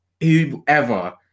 whoever